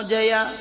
Jaya